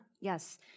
Yes